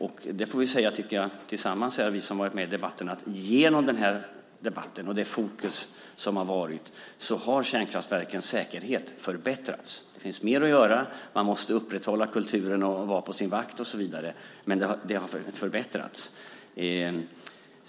Jag tycker att vi som varit med i debatten får säga att kärnkraftverkens säkerhet har förbättrats genom denna debatt och det fokus som har varit på frågan. Det finns mer att göra. Man måste upprätthålla kulturen och vara på sin vakt och så vidare, men det har förbättrats.